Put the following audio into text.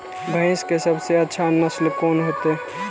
भैंस के सबसे अच्छा नस्ल कोन होते?